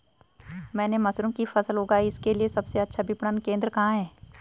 मैंने मशरूम की फसल उगाई इसके लिये सबसे अच्छा विपणन केंद्र कहाँ है?